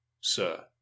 sir